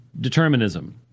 determinism